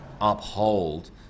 uphold